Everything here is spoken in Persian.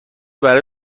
برای